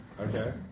Okay